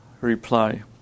reply